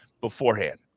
beforehand